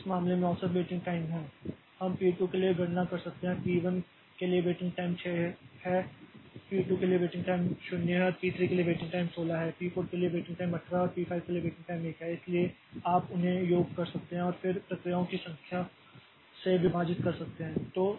तो इस मामले में औसत वेटिंग टाइम है हम पी 2 के लिए गणना कर सकते हैं पी 1 के लिए वेटिंग टाइम 6 है पी 2 के लिए वेटिंग टाइम 0 है पी 3 के लिए वेटिंग टाइम 16 है पी 4 के लिए वेटिंग टाइम 18 है और पी5 के लिए वेटिंग टाइम 1 है इसलिए आप उन्हें योग कर सकते हैं और फिर प्रक्रियाओं की संख्या से विभाजित कर सकते हैं